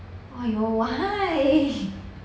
!aiyo! why